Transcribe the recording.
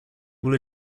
will